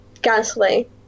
gasly